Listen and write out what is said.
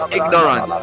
ignorant